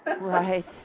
Right